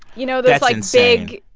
you know, those, like, and so big,